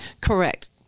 Correct